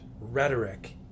rhetoric